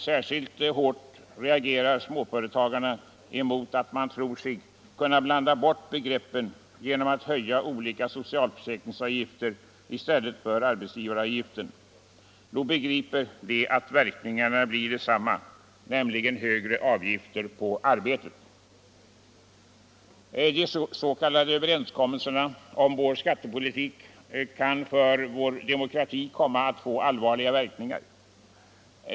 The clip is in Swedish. Särskilt hårt reagerar småföretagarna mot försöken att blanda bort begreppen genom att höja olika socialförsäkringsavgifter i stället för arbetsgivaravgiften. Nog begriper de att verkningarna blir desamma, nämligen högre avgifter på arbetet. De s.k. överenskommelserna om vår skattepolitik kan för vår demokrati komma att få allvarliga verkningar.